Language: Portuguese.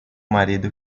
marido